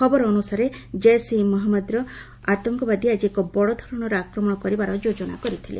ଖବର ଅନୁସାରେ ଜୈସ୍ ଇ ମହୁଦର ଆତଙ୍କବାଦୀ ଆଜି ଏକ ବଡ଼ଧରଣର ଆକ୍ରମଣ କରିବାର ଯୋଜନା କରିଥିଲେ